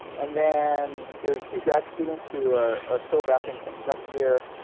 and then there are two grad students who are are still wrapping things up here.